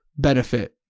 benefit